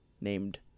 named